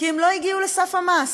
כי הם לא הגיעו לסף המס,